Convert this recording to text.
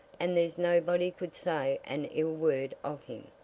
and there's nobody could say an ill word of him.